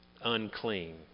unclean